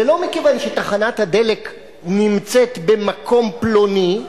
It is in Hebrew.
זה לא מכיוון שתחנת הדלק נמצאת במקום פלוני,